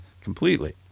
completely